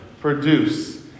produce